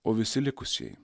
o visi likusieji